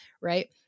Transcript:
right